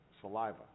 saliva